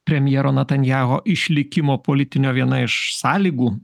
premjero netanyahu išlikimo politinio viena iš sąlygų